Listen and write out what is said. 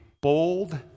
bold